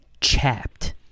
chapped